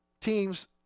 teams